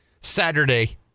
Saturday